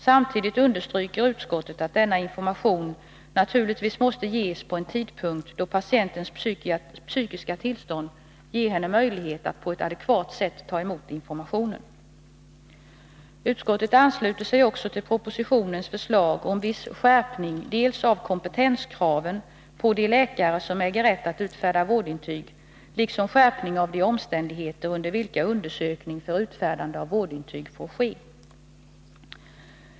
Samtidigt understryker utskottet att denna information naturligtvis måste ges vid en tidpunkt då patientens psykiska tillstånd ger honom möjlighet att på ett adekvat sätt ta emot informationen. Utskottet ansluter sig också till propositionens förslag om viss skärpning dels av kompetenskraven på de läkare som äger rätt att utfärda vårdintyg, dels av de omständigheter under vilka undersökning för utfärdande av vårdintyg får ske.